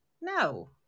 No